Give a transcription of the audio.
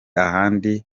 ahandi